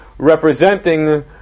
representing